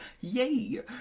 yay